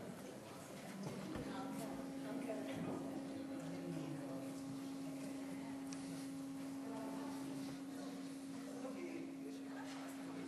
להקפיד.